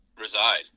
reside